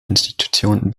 institution